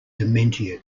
dementia